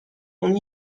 اون